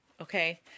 Okay